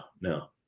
no